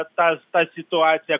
tas ta situacija